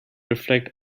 reflect